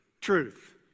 truth